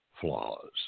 flaws